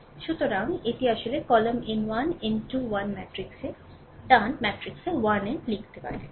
সুতরাং এটি আসলে কলাম n 1 n 2 1 ম্যাট্রিক্সে ডান ম্যাট্রিক্সে 1n লিখতে পারে